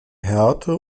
härte